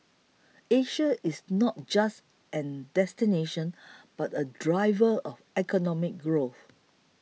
Asia is not just a destination but a driver of economic growth